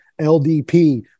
LDP